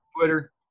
Twitter